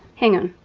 hang on,